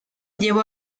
llevó